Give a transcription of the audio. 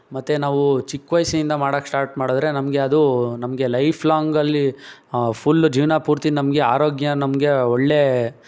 ಮತ್ತು ನಾವು ಚಿಕ್ಕ ವಯಸ್ಸಿನಿಂದ ಮಾಡಕ್ಕೆ ಶ್ಟಾಟ್ ಮಾಡಿದ್ರೆ ನಮಗೆ ಅದು ನಮಗೆ ಲೈಫ್ಲಾಂಗಲ್ಲಿ ಫುಲ್ಲು ಜೀವನ ಪೂರ್ತಿ ನಮಗೆ ಆರೋಗ್ಯ ನಮಗೆ ಒಳ್ಳೆಯ